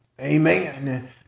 Amen